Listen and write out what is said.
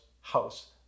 house